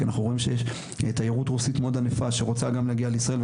כי אנחנו רואים שיש תיירות רוסית מאוד עניפה שרוצה להגיע לישראל,